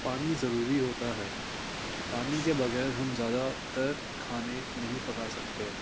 پانی ضروری ہوتا ہے پانی کے بغیر ہم زیادہ تر کھانے نہیں پکا سکتے